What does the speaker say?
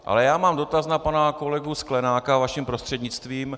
Ale já mám dotaz na pana kolegu Sklenáka vaším prostřednictvím.